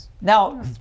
Now